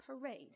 parade